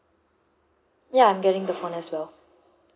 ya I'm getting the phone as well